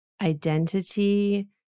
identity